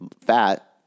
fat